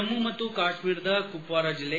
ಜಮ್ಮ ಮತ್ತು ಕಾಶ್ಮೀರದ ಕುಪ್ವಾರ ಜಿಲ್ಲೆ